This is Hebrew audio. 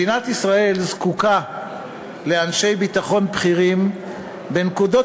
מדינת ישראל זקוקה לאנשי ביטחון בכירים בנקודות